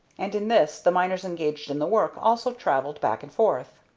and in this the miners engaged in the work also travelled back and forth.